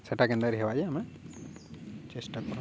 ସେଟା କେନ୍ତା କରି ହେବେ ଯେ ଆମେ ଚେଷ୍ଟା କର୍ମା